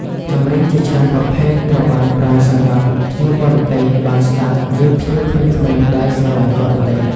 ចម្រៀងជាច្រើនប្រភេទត្រូវបានប្រើសម្រាប់ភ្ញៀវបរទេសបានស្តាប់ ឬភ្ញៀវក្មេងៗដែលស្រលាញ់បទបរទេស។